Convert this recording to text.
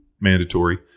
mandatory